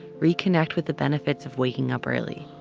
reconnect with the benefits of waking up early.